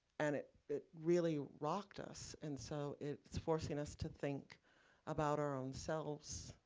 and it it really rocked us. and so, it's forcing us to think about our own selves,